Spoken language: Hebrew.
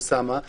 אוסאמה,